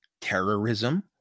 terrorism